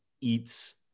eats